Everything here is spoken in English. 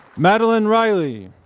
madeleine riley,